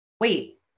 wait